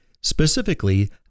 Specifically